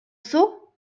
seau